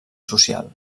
social